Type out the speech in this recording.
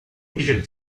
orígens